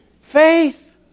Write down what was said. faith